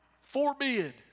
forbid